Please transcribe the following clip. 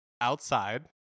outside